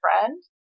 friend